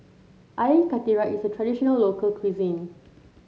Air Karthira is a traditional local cuisine